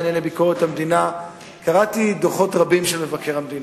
לענייני ביקורת המדינה קראתי דוחות רבים של מבקר המדינה,